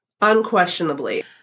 Unquestionably